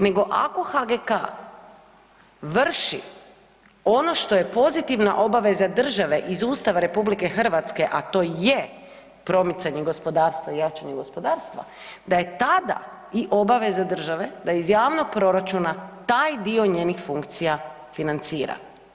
Nego ako HGK vrši ono što je pozitivna obaveza države iz Ustava RH, a to je promicanje gospodarstva i jačanje gospodarstva da je tada i obaveza države da iz javnog proračuna taj dio njenih funkcija financira.